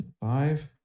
five